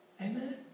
Amen